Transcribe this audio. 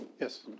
Yes